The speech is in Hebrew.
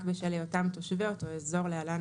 רק בשל היותם תושבי אותו אזור (להלן,